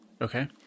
Okay